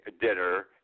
dinner